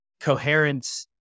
coherence